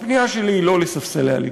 הפנייה שלי היא לא לספסלי הליכוד.